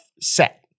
set